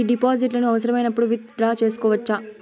ఈ డిపాజిట్లను అవసరమైనప్పుడు విత్ డ్రా సేసుకోవచ్చా?